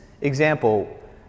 example